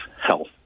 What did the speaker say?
health